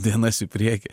dienas į priekį